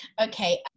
Okay